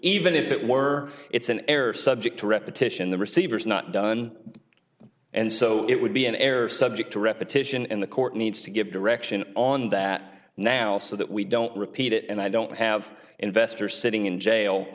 even if it were it's an error subject to repetition the receiver's not done and so it would be an error subject to repetition and the court needs to give direction on that now so that we don't repeat it and i don't have investors sitting in jail